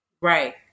Right